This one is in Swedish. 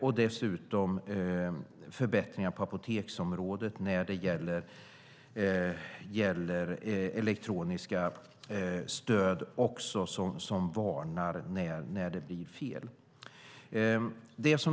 Dessutom behövs förbättringar på apoteksområdet när det gäller elektroniska stöd som varnar när det blir fel.